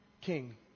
king